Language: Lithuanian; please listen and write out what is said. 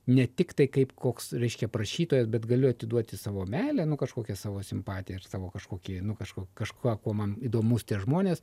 ne tiktai kaip koks reiškia prašytojas bet galiu atiduoti savo meilę kažkokią savo simpatiją ir savo kažkokį nu kažk kažko kuo man įdomūs tie žmonės